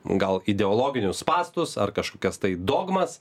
gal ideologinius spąstus ar kažkokias tai dogmas